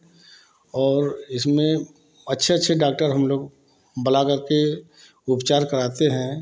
और इसमें अच्छे अच्छे डाक्टर हम लोग बुला करके उपचार कराते हैं